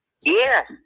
Yes